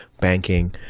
banking